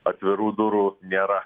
atvirų durų nėra